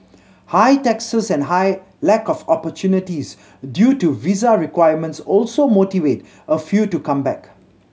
high taxes and high lack of opportunities due to visa requirements also motivate a few to come back